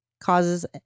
causes